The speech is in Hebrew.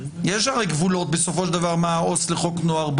בסופו של דבר יש גבולות למה שבודק העובד הסוציאלי לחוק נוער.